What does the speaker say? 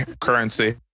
Currency